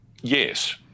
Yes